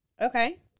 Okay